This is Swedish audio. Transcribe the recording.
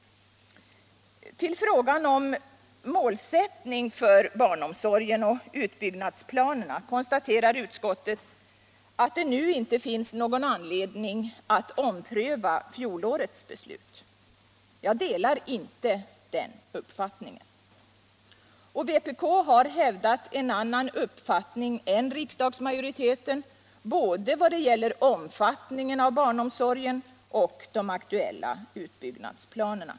I frågan om målsättning för barnomsorgen och utbyggnadsplaner konstaterar utskottet att det nu inte finns någon anledning att ompröva fjolårets beslut. Jag delar inte den uppfattningen. Och vpk har hävdat en annan mening än riksdagsmajoriteten både i vad gäller omfattningen av barnomsorgen och beträffande de aktuella utbyggnadsplanerna.